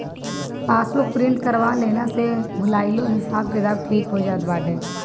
passbook print करवा लेहला से भूलाइलो हिसाब किताब ठीक हो जात बाटे